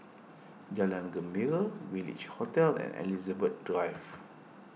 Jalan Gembira Village Hotel and Elizabeth Drive